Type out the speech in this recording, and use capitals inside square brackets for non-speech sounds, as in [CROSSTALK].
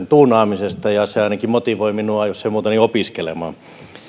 [UNINTELLIGIBLE] tuunaamisesta ja se ainakin motivoi minua jos ei muuta niin opiskelemaan